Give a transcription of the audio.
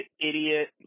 idiot